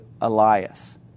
Elias